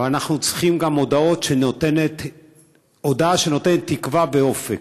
אבל אנחנו צריכים גם הודעה שנותנת תקווה ואופק.